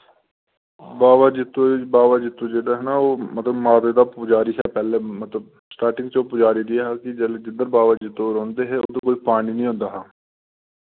बावा जित्तो दी बावा जित्तो जेह्ड़े हे ना ओह् मतलब माता दा पुजारी हे ओ पैह्ले मतलब स्टार्टिंग च ओह् पुजारी रेआ हा कि जेल्लै जिद्दर बावा जित्तो रौंह्दे हे उद्दर कोई पानी निं होंदा हा